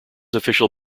official